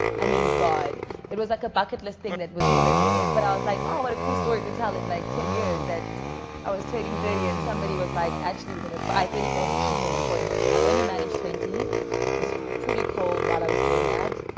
i mean god it was like a bucket list thing that was never there but i was like oh what a cool story to tell it like ten years that i was trading thirty and somebody was like actually we're gonna buy thirty bottles of champagne and pour them on you. i only managed twenty was pretty cold while i was doing that.